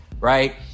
right